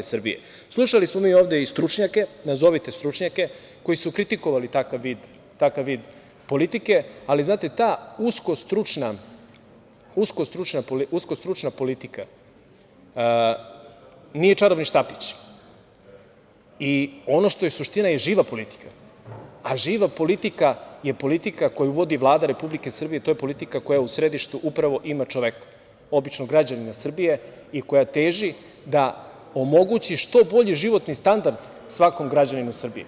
Slušali smo ovde i stručnjake, nazovite stručnjake, koji su kritikovali takav vid politike, ali znate, ta usko stručna politika nije čarobni štapić i ono što je suština i živa politika, a živa politika je politika koju vodi Vlada Republike Srbije, to je politika koja u središtu upravo ima čoveka, običnog građanina Srbije i koja teži da omogući što bolji životni standard svakom građaninu Srbije.